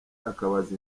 akabaza